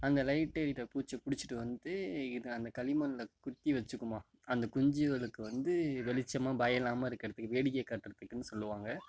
அந்த லைட் ஏரியிற பூச்சி பிடிச்சிட்டு வந்து இது அந்த களிமண்ணில் குத்தி வச்சுக்குமா அந்த குஞ்சிகளுக்கு வந்து வெளிச்சமாக பயல்லாமல் இருக்கிறத்துக்கு வேடிக்கை காட்றத்துக்குன்னு சொல்லுவாங்க